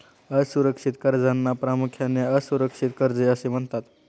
असुरक्षित कर्जांना प्रामुख्याने असुरक्षित कर्जे असे म्हणतात